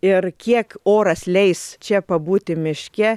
ir kiek oras leis čia pabūti miške